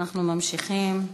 אנחנו ממשיכים.